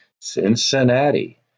Cincinnati